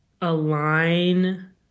align